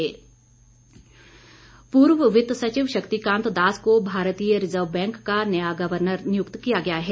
RBI governor पूर्व वित्त सचिव शक्तिकांत दास को भारतीय रिजर्व बैंक का नया गवर्नर नियुक्त किया गया है